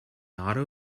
auto